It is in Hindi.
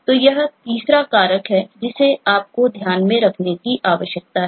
तो यह तीसरा कारक है जिसे आपको ध्यान में रखने की आवश्यकता है